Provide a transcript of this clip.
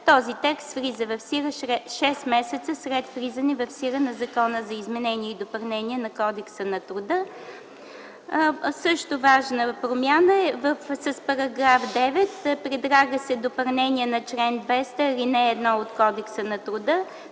този текст влиза в сила 6 месеца след влизане в сила на Закона за изменение и допълнение на Кодекса на труда. Важна промяна е с § 9 – предлага се допълнение на чл. 200, ал. 1 от Кодекса на труда